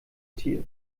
tier